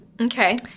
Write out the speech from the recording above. Okay